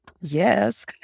yes